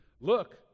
look